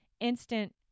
instant